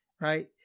right